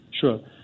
Sure